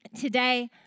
Today